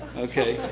okay.